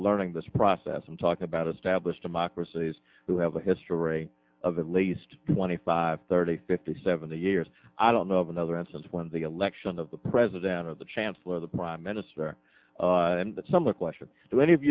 learning this process i'm talking about established democracies who have a history of at least twenty five thirty fifty seventy years i don't know of another instance when the election of the president of the chancellor the prime minister and the summer question do any of